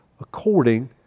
according